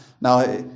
Now